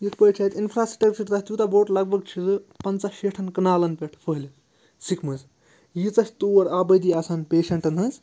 یِتھ پٲٹھۍ چھِ اَتہِ اِنفرٛاسٕٹرٛکچر تَتھ تیوٗتاہ بوٚڈ لگ بگ چھِ سُہ پَنٛژاہ شیٹھَن کنالَن پٮ۪ٹھ پھٔہلہِ سِکمٕز ییٖژاہ چھِ تور آبٲدی آسان پیشنٛٹن ہٕنٛز